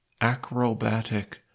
acrobatic